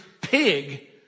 pig